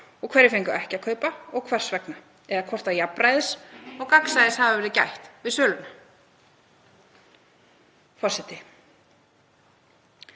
og hverjir fengu ekki að kaupa og hvers vegna eða hvort jafnræðis og gagnsæis hafi verið gætt við söluna. Forseti.